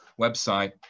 website